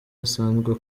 asanzwe